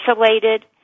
isolated